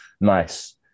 Nice